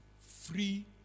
free